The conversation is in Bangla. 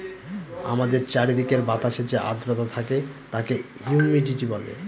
আমাদের চারিদিকের বাতাসে যে আদ্রতা থাকে তাকে হিউমিডিটি বলে